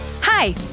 Hi